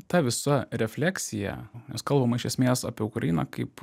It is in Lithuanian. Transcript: ta visa refleksija mes kalbam iš esmės apie ukrainą kaip